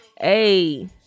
Hey